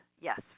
yes